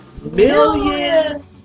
million